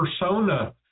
persona